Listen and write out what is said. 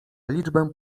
liczbę